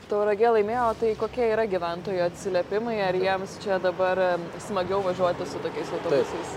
tauragė laimėjo o tai kokie yra gyventojų atsiliepimai ar jiems čia dabar smagiau važiuoti su tokiais autobusais